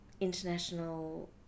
international